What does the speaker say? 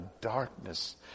darkness